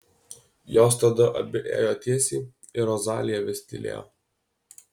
jos tada abi ėjo tiesiai ir rozalija vis tylėjo